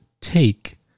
take